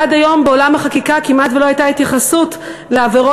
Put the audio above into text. עד היום בעולם החקיקה כמעט שלא הייתה התייחסות לעבירות